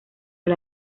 del